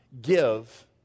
give